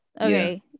okay